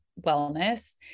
wellness